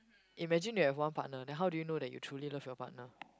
imagine that you have one partner then how do you know that you truly love your partner